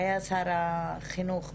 שהיה שר החינוך בזמנו,